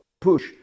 push